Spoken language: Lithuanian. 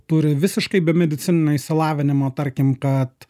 turi visiškai be medicininio išsilavinimo tarkim kad